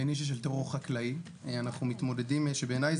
בנישה של טרור חקלאי שאנחנו מתמודדים בעיניי,